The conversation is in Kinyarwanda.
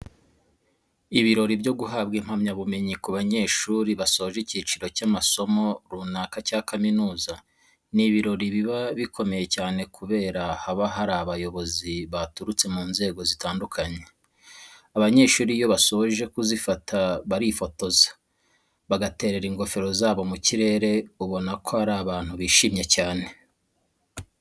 Ibirori byo guhabwa impamyabumenyi ku banyeshuri basoje icyiciro cya'amasomo runaka cya kaminuza, ni ibirori biba bikomeye cyane kubera haba hari abayobozi baturutse mu nzego zitandukanye. Abanyeshuri iyo basoje kuzifata barifotoza, bagaterera ingofero zabo mu kirere ubona ko ari abantu bishimye cyane.